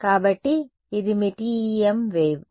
కాబట్టి ఇది మీ TEM వేవ్